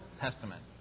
testament